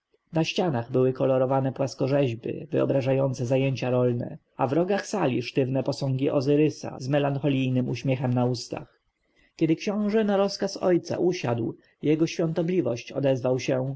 na ścianach były kolorowane płaskorzeźby wyobrażające zajęcia rolne a w rogach sali sztywne posągi ozyrysa z melancholijnym uśmiechem na ustach kiedy książę na rozkaz ojca usiadł jego świątobliwość odezwał się